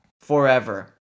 forever